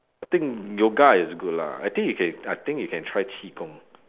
I think yoga is good lah I think you can I think you can try qi-gong